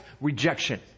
rejection